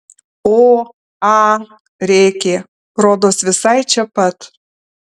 o a rėkė rodos visai čia pat